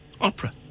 opera